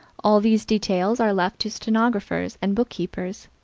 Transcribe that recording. all these details are left to stenographers and bookkeepers.